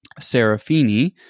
Serafini